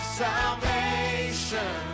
salvation